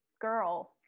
girl